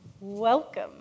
welcome